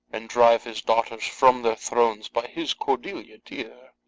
and drive his daughters from their thrones by his cordelia dear.